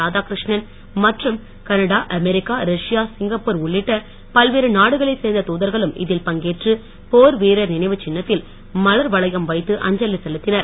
ராதாகிருஷ்ணன் மற்றும் Canada America Russia Singapore உள்ளிட்ட பல்வேறு நாடுகளைச் சேர்ந்த தூதர்களும் இதில் பங்கேற்று போர் வீரர் நினைவு சின்னத்தில் மலர் வளையம் வைத்து அஞ்சலி செலுத்தினர்